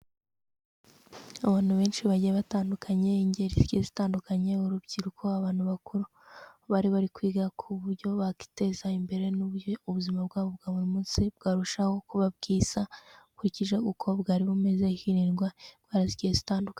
Abantu benshi bagiye batandukanye, ingeri zigiye zitandukanye, urubyiruko, abantu bakuru. Bari bari kwiga ku buryo bakwiteza imbere n'uburyo ubuzima bwabo bwa buri munsi bwarushaho kuba bwiza ukurikije uko bwari bumeze, hirindwa indwara zigiye zitandukanye.